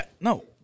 no